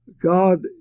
god